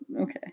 Okay